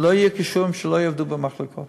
שלא קשורים, שלא יעבדו במחלקות.